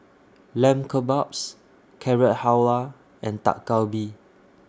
Lamb Kebabs Carrot Halwa and Dak Galbi